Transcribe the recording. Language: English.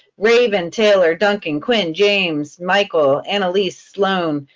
raven, taylor, dunkin, quinn, james, michael, annalise, sloan,